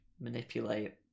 manipulate